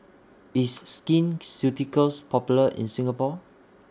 IS Skin Ceuticals Popular in Singapore